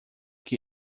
que